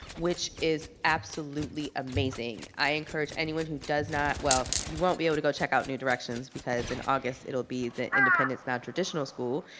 which is absolutely amazing. i encourage anyone who does not, well, you won't be able to go check out new directions because in august it'll be the independence non-traditional school,